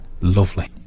lovely